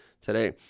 today